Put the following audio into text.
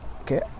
okay